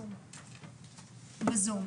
בזום.